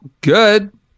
good